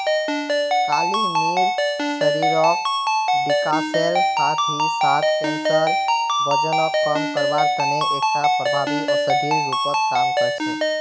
काली मिर्च शरीरक डिटॉक्सेर साथ ही साथ कैंसर, वजनक कम करवार तने एकटा प्रभावी औषधिर रूपत काम कर छेक